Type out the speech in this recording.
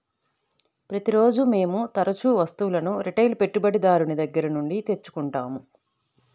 ప్రతిరోజూ మేము తరుచూ వస్తువులను రిటైల్ పెట్టుబడిదారుని దగ్గర నుండి తెచ్చుకుంటాం